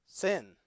Sin